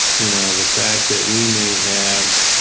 you know? the fact that we may have